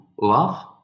love